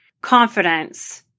confidence